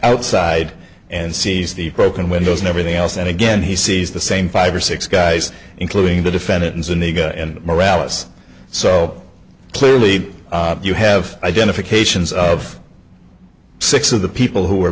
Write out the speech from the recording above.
outside and sees the broken windows and everything else and again he sees the same five or six guys including the defendant and the guy and morales so clearly you have identifications of six of the people who were